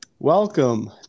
welcome